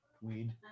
Weed